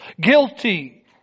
Guilty